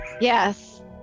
yes